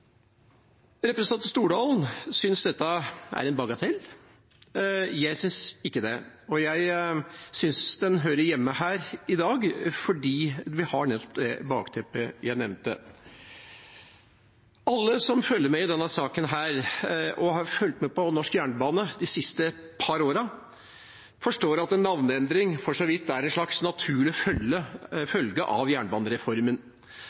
Representanten Stordalen synes dette er en bagatell. Jeg synes ikke det. Jeg synes dette hører hjemme her i dag, fordi vi nettopp har det bakteppet jeg nevnte. Alle som følger med i denne saken, og som har fulgt med på norsk jernbane de siste par årene, forstår at en navneendring for så vidt er en slags naturlig følge